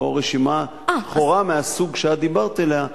לא רשימה שחורה מהסוג שאת דיברת עליה,